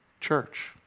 church